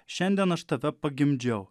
šiandien aš tave pagimdžiau